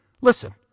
Listen